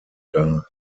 dar